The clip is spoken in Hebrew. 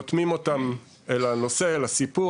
רותמים אותם אל הנושא ואל הסיפור,